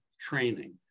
training